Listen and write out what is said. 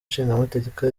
nshingamateka